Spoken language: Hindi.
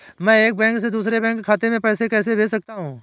मैं एक बैंक से दूसरे बैंक खाते में पैसे कैसे भेज सकता हूँ?